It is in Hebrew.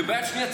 וביד שנייה,